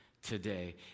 today